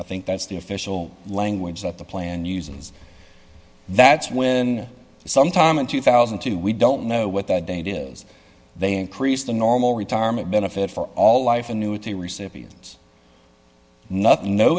i think that's the official language that the plan uses that's when sometime in two thousand and two we don't know what that date is they increased the normal retirement benefit for all life annuity recipients nothing no